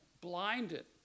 blinded